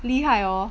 厉害哦